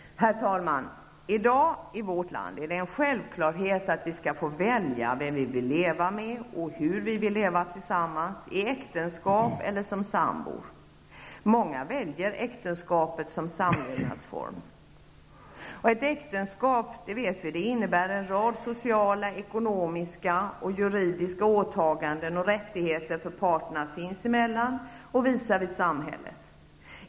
Herr talman! I dag är det en självklarhet i vårt land att vi skall få välja vem vi vill leva med och hur vi vill leva tillsammans, i äktenskap eller som sambor. Många väljer äktenskapet som samlevnadsform. Ett äktenskap vet vi innebär en rad sociala, ekonomiska och juridiska åtaganden samt rättigheter för parterna sinsemellan och visavi samhället.